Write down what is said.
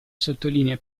sottolinea